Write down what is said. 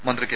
മന്ത്രി കെ